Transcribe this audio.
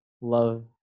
Love